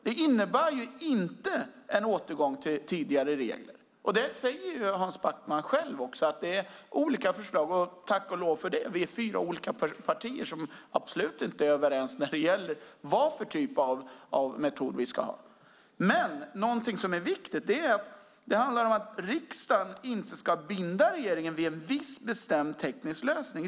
Det innebär inte en återgång till tidigare regler. Hans Backman säger också själv att det är olika förslag, och tack och lov för det. Vi är fyra olika partier som absolut inte är överens om vilken typ av metod vi ska ha. Vad som är viktigt är att riksdagen inte ska binda regeringen vid en viss bestämd teknisk lösning.